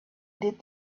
did